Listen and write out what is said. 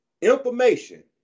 information